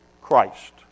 Christ